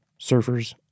surfers